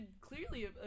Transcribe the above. clearly